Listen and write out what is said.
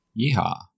Yeehaw